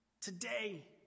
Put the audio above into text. Today